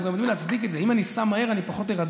אנחנו גם יודעים להצדיק את זה: אם אני אסע מהר אני פחות אירדם,